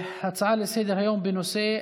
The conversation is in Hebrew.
אנחנו נעבור להצעה לסדר-היום בנושא: